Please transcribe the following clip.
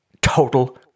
total